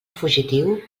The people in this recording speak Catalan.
fugitiu